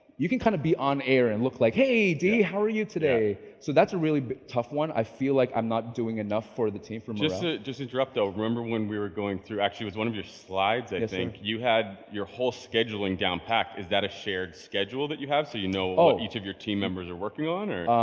you can kind of be on air and look like, hey dee, how are you today? so that's a really tough one. i feel like i'm not doing enough for the team. just just to interrupt though, remember when we were going through actually, it was one of your slides, i think. you had your whole scheduling down pat. is that a shared schedule that you have? so you know what ah each of your team members are working on or?